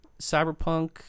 cyberpunk